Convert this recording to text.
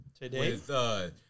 today